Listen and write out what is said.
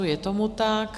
Je tomu tak.